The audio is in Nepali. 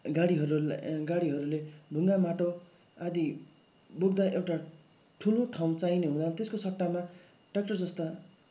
गाडीहरू गाडीहरूले ढुङ्गा माटो आदि बोक्दा एउटा ठुलो ठाउँ चाहिने हुँदा त्यसको सट्टामा ट्य्राक्टर जस्ता